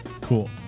Cool